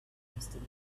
destiny